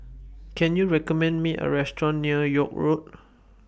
Can YOU recommend Me A Restaurant near York Road